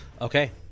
Okay